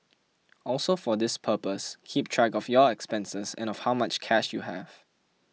also for this purpose keep track of your expenses and of how much cash you have